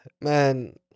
man